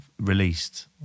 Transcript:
released